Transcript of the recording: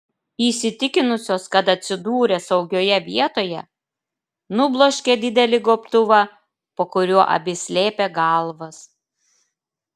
įsitikinusios kad atsidūrė saugioje vietoje nubloškė didelį gobtuvą po kuriuo abi slėpė galvas